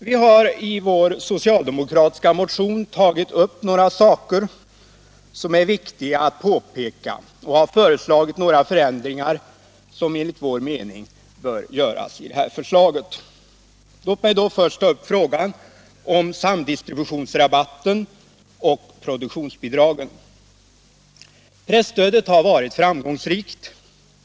Vi har i vår socialdemokratiska motion tagit upp några saker som är viktiga att påpeka och har föreslagit några förändringar som enligt vår mening bör göras i det här förslaget. Låt mig då först ta upp frågan om samdistributionsrabatten och produktionsbidragen. Presstödet har varit framgångsrikt.